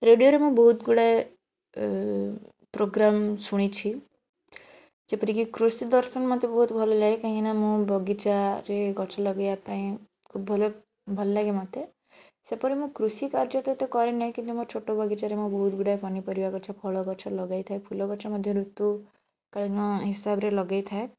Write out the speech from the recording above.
ରେଡ଼ିଓରେ ମୁଁ ବହୁତ ଗୁଡ଼ାଏ ପ୍ରୋଗ୍ରାମ୍ ଶୁଣିଛି ଯେପରି କି କୃଷି ଦର୍ଶନ ମୋତେ ବହୁତ ଭଲ ଲାଗେ କାହିଁକିନା ମୁଁ ବଗିଚାରେ ଗଛ ଲଗାଇବା ପାଇଁ ଭଲ ଭଲ ଲାଗେ ମୋତେ ସେପରି ମୁଁ କୃଷିକାର୍ଯ୍ୟ ତ ଏତେ କରେ ନାହିଁ କିନ୍ତୁ ମୋ ଛୋଟ ବଗିଚାରେ ମୁଁ ବହୁତ ଗୁଡ଼ାଏ ପନିପରିବା ଗଛ ଫଳ ଗଛ ଲଗାଇଥାଏ ଫୁଲ ଗଛ ମଧ୍ୟ ଋତୁକାଳୀନ ହିସାବରେ ଲଗାଇଥାଏ